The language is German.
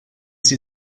sie